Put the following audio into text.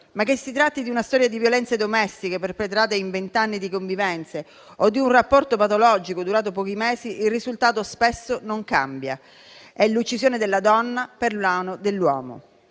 che si tratti di una storia di violenze domestiche perpetrate in vent'anni di convivenze o di un rapporto patologico durato pochi mesi, il risultato spesso non cambia: è l'uccisione della donna per mano dell'uomo.